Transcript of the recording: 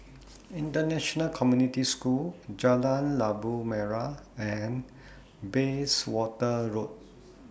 International Community School Jalan Labu Merah and Bayswater Road